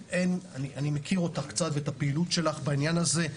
אני מכיר אותך קצת ואת הפעילות שלך בעניין הזה,